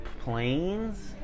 planes